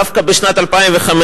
דווקא בשנת 2005,